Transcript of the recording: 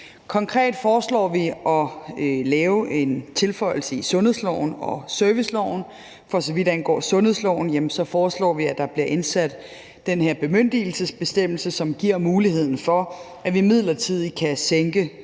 Konkret foreslår vi at lave en tilføjelse i sundhedsloven og serviceloven. For så vidt angår sundhedsloven, foreslår vi, at der bliver indsat den her bemyndigelsesbestemmelse, som giver muligheden for, at vi midlertidigt kan sænke